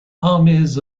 armies